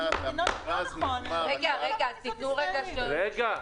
לסכם, עופר.